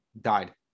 Died